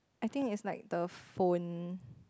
I think it's like the phone